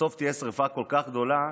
בסוף תהיה שרפה כל כך גדולה,